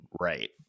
Right